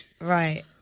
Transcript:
Right